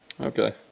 Okay